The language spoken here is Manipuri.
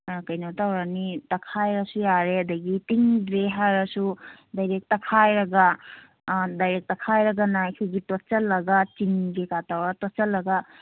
ꯀꯩꯅꯣ ꯇꯧꯔꯅꯤ ꯇꯛꯈꯥꯏꯔꯁꯨ ꯌꯥꯔꯦ ꯑꯗꯩꯒꯤ ꯇꯤꯡꯗ꯭ꯔꯦ ꯍꯥꯏꯔꯁꯨ ꯗꯥꯏꯔꯦꯛ ꯇꯛꯈꯥꯏꯔꯒ ꯗꯥꯏꯔꯦꯛ ꯇꯛꯈꯥꯏꯔꯒꯅ ꯑꯩꯈꯣꯏꯒꯤ ꯇꯣꯠꯁꯤꯜꯂꯒ ꯆꯤꯅꯤ ꯀꯩꯀꯥ ꯇꯧꯔ ꯇꯣꯠꯁꯤꯜꯂꯒ